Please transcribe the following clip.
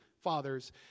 fathers